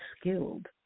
skilled